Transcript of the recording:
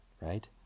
right